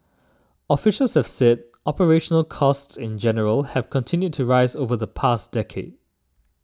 officials have said operational costs in general have continued to rise over the past decade